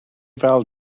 fel